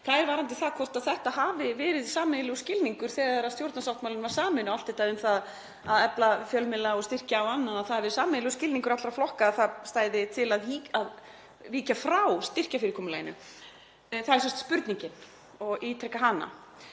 Það er varðandi það hvort þetta hafi verið sameiginlegur skilningur þegar stjórnarsáttmálinn var saminn og allt þetta um að efla fjölmiðla og styrkja og annað, að það væri sameiginlegur skilningur allra flokka að það stæði til að víkja frá styrkjafyrirkomulaginu. Það er sem sagt spurningin og ég ítreka hana.